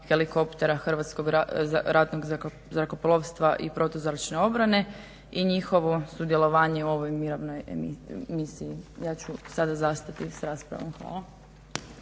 helikoptera Hrvatskog ratnog zrakoplovstva i protuzračne obrane i njihovo sudjelovanje u ovoj mirovnoj misiji. Ja ću sada zastati s raspravom. Hvala.